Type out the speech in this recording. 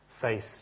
face